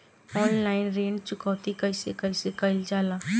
Online ऋण चुकौती कइसे कइसे कइल जाला?